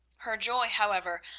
her joy, however,